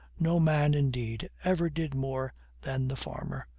no man, indeed, ever did more than the farmer,